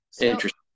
Interesting